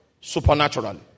supernaturally